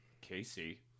Casey